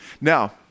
Now